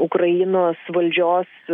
ukrainos valdžios